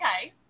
okay